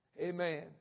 Amen